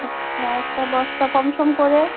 আচ্ছা একটা বস্তা কম সম করে